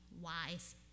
wise